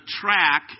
track